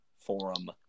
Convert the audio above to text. Forum